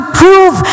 prove